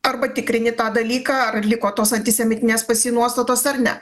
arba tikrini tą dalyką ar liko tos antisemitinės pas jį nuostatos ar ne